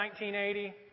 1980